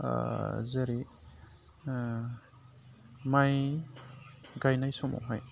जेरै माइ गायनाय समावहाय